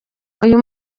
uyu